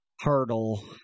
hurdle